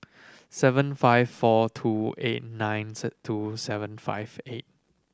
seven five four two eight nine two seven five eight